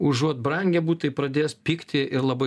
užuot brangę butai pradės pigti ir labai